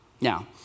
Now